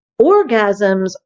Orgasms